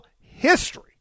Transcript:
history